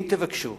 אם תבקשו